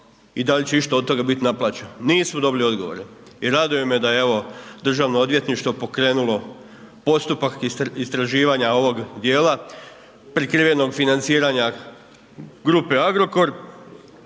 i da li će išta od toga bit naplaćeno. Nismo dobili odgovore i raduje me da je evo Državno odvjetništvo pokrenulo postupak istraživanja ovog djela prikrivenog financiranja grupe Agrokor